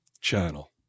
channel